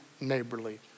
neighborly